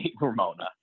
Ramona